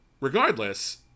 regardless